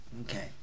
okay